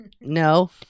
No